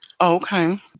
Okay